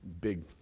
big